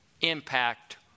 impact